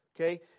Okay